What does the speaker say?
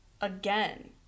again